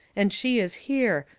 and she is here,